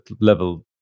level